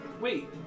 Wait